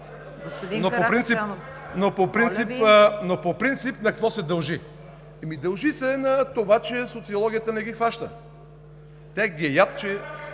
Но по принцип на какво се дължи? Дължи се на това, че социологията не ги хваща. Тях ги е яд, че